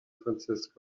francisco